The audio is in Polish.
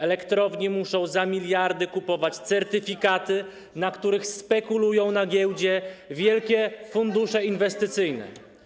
Elektrownie muszą za miliardy kupować certyfikaty, na których spekulują na giełdzie wielkie fundusze inwestycyjne.